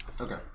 Okay